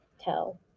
tell